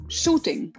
shooting